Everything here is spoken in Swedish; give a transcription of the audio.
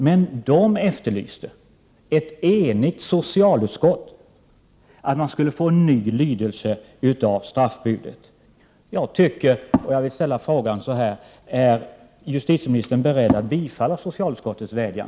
Men socialutskottet — ett enigt socialutskott! — efterlyste en ny lydelse av straffbudet. Jag vill ställa frågan: Är justitieministern beredd att bifalla socialutskottets vädjan?